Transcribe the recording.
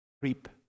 creep